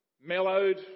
mellowed